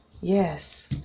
Yes